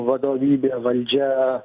vadovybė valdžia